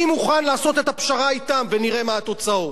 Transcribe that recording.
מי מוכן לעשות את הפשרה אתם, ונראה מה התוצאות.